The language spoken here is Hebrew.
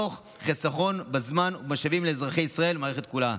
תוך חיסכון בזמן ובמשאבים לאזרחי ישראל ולמערכת כולה.